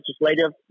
legislative